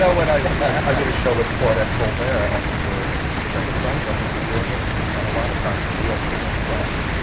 so i i did a show with claudette colbert, and we were it was a terrible play, but we were doing it. and she spent a lot of time in a wheelchair at a desk.